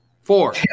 four